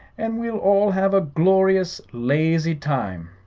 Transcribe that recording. and we'll all have a glorious, lazy time.